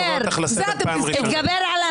תעשו שאני אתגבר.